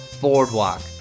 BoardWalk